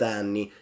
anni